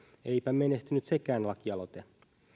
eipä menestynyt sekään lakialoite